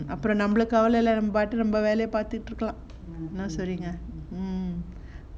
அப்புறம் நம்பளுக்கு கவலை இல்ல நம்ப பாட்டுக்கு நம்ப வேலைய பாத்துட்டு இருக்கலாம்apram nambalukku kavala illa namba paattukku namba velaya pathuttu irukkalaaam mm